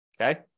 Okay